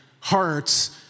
hearts